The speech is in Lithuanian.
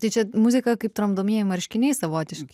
tai čia muzika kaip tramdomieji marškiniai savotiški